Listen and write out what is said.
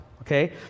okay